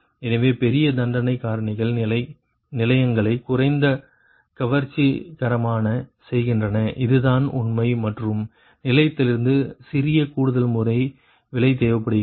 எனவே பெரிய தண்டனை காரணிகள் நிலையங்களை குறைந்த கவர்ச்சிகரமானதாக செய்கின்றன இது தான் உண்மை மற்றும் நிலையத்திலிருந்து சிறிய கூடுதல்முறை விலை தேவைப்படுகிறது